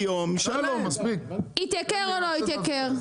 זה יתייקר או לא יתייקר?